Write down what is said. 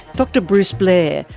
dr bruce blair,